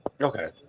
Okay